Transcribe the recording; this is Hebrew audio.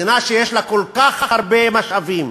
מדינה שיש לה כל כך הרבה משאבים,